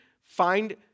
Find